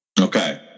Okay